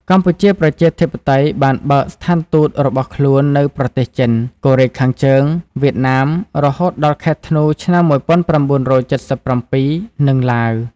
កម្ពុជាប្រជាធិបតេយ្យបានបើកស្ថានទូតរបស់ខ្លួននៅប្រទេសចិន កូរ៉េខាងជើង វៀតណាម (រហូតដល់ខែធ្នូឆ្នាំ ១៩៧៧) និងឡាវ ។